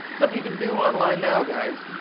something you could do online now guys.